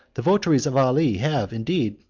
the votaries of ali have, indeed,